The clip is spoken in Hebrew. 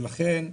ולכן,